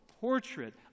portrait